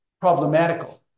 problematical